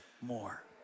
more